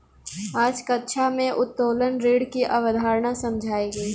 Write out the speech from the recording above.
आज कक्षा में उत्तोलन ऋण की अवधारणा समझाई गई